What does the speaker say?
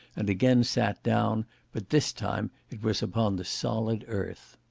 and again sat down but this time it was upon the solid earth.